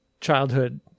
childhood